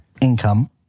income